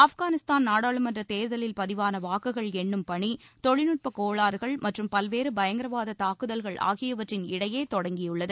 ஆப்கானிஸ்தான் நாடாளுமன்ற தேர்தலில் பதிவான வாக்குகள் எண்ணும் பணி தொழில்நுட்பக் கோளாறுகள் மற்றும் பல்வேறு பயங்கர தாக்குதல் ஆகியவற்றின் இடையே தொடங்கியுள்ளது